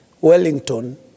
Wellington